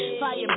fire